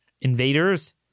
invaders